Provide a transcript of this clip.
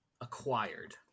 acquired